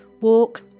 walk